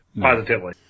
positively